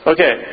Okay